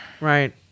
Right